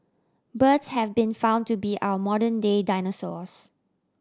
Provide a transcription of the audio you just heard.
birds have been found to be our modern day dinosaurs